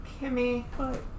Kimmy